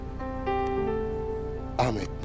Amen